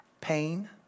pain